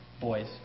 boys